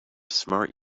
smart